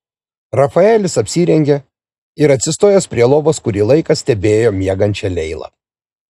rafaelis apsirengė ir atsistojęs prie lovos kurį laiką stebėjo miegančią leilą